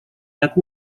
jak